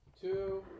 two